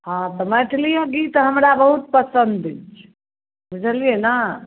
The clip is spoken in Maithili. हँ तऽ मैथिली गीत हमरा बहुत पसन्द अछि बुझलियै ने